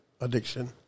addiction